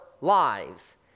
lives